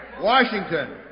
Washington